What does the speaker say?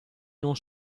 non